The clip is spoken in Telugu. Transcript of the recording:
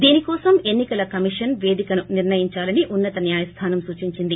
దీనికోసం ఎన్నికల కమిషనే పేదికను నిర్ణయించాలని ఉన్నత న్యాయస్గానం సూచించింది